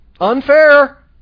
Unfair